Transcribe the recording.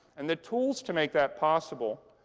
and the tools to make that possible,